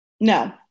No